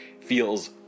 feels